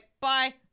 bye